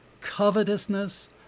Covetousness